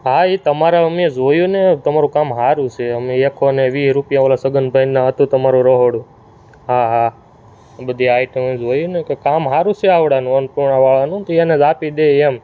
હા એ તમારે અમે જોયું ને તમારું કામ સારું છે અમે એકસો ને વીસ રૂપિયા ઓલા છગનભાઈને ત્યાં હતું તમારું રસોડું હા હા બધી આઈટમો જોયું ને તો કામ સારું છે આવડાનું અન્નપૂર્ણાવાળાનું તો અને જ આપી દઇએ એમ